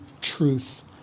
truth